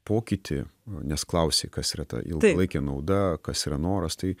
pokytį nu nes klausei kas yra ta ilgalaikė nauda kas yra noras tai